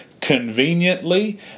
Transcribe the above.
conveniently